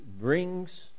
brings